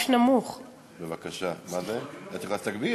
(קובלנות) עברה בקריאה ראשונה ותעבור